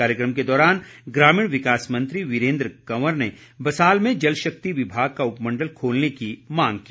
कार्यक्रम के दौरान ग्रामीण विकास मंत्री वीरेन्द्र कंवर में बसाल में जल शक्ति विभाग का उपमण्डल खोलने की मांग की